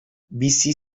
bizi